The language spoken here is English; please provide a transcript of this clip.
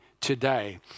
today